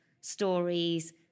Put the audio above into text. stories